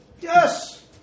Yes